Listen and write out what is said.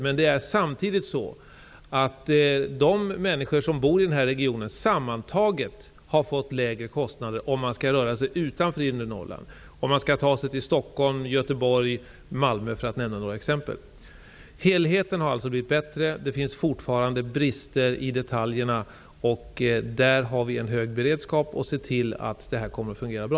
Men sammantaget har de människor som bor i den här regionen fått lägre kostnader om de skall röra sig utanför inre Norrland, om de skall ta sig till Stockholm, Göteborg eller Malmö, för att nämna några exempel. Helheten har alltså blivit bättre. Det finns fortfarande brister i detaljerna, och där har vi en hög beredskap för att se till att det här kommer att fungera bra.